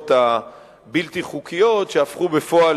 במנהרות הבלתי-חוקיות שהפכו בפועל